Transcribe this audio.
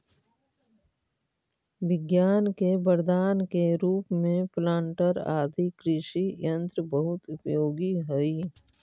विज्ञान के वरदान के रूप में प्लांटर आदि कृषि यन्त्र बहुत उपयोगी हई